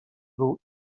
był